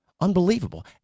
unbelievable